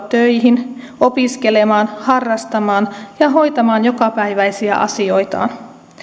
töihin opiskelemaan harrastamaan ja hoitamaan jokapäiväisiä asioitaan